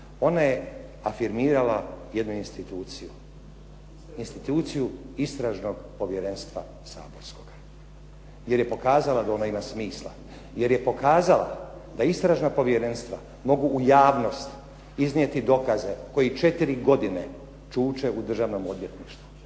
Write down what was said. ona je afirmirala jednu instituciju, instituciju Istražnog povjerenstva saborskog jer je pokazala da ona ima smisla, jer je pokazala da istražna povjerenstva mogu u javnost iznijeti dokaze koji četiri godine čuče u Državnom odvjetništvu,